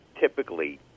typically